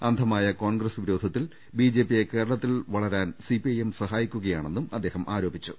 അന്ധമായ കോൺഗ്രസ് വിരോധത്തിൽ ബിജെപിയെ കേരളത്തിൽ വളരാൻ സിപിഐഎ സഹായിക്കുകയാണെന്നും അദ്ദേഹം പറഞ്ഞു